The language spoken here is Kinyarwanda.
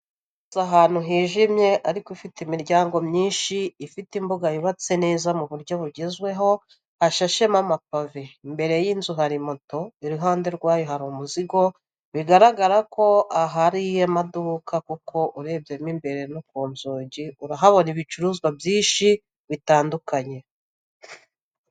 Inzu yubatse ahantu hijimye ariko ifite imiryango myisnhi, ifite imbuga yubatse neza mu buryo bugezweho, hashashemo amapave, imbere y'inzu hari moto, iruhande rwayo hari umuzigo, bigaragare ko aha ari amaduka kuko urebyemo imbere no ku nzugi urahabona ibicuruzwa byinshi bitandukanye.